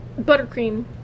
buttercream